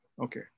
Okay